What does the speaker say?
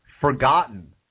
forgotten